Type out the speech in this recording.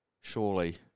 surely